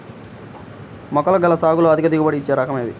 మొలకల సాగులో అధిక దిగుబడి ఇచ్చే రకం ఏది?